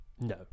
No